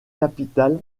capital